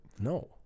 No